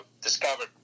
discovered